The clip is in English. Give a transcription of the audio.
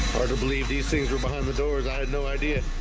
to believe these things were behind the doors. i had no idea